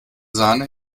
sahne